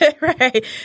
right